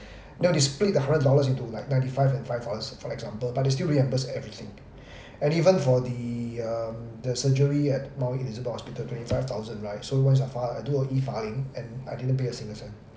you know they split the hundred dollars into like ninety five and five dollars for example but they still reimburse everything and even for the err the surgery at mount elizabeth hospital twenty five thousand right so once I file I do a E filing and I didn't pay a single cent